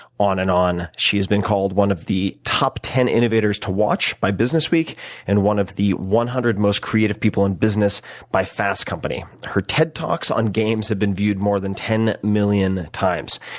on and on. she has been called one of the top ten innovators to watch by businessweek and one of the one hundred most creative people in business by fast company. her ted talks on games have been viewed more than ten million times.